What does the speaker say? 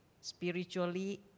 Spiritually